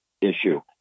issue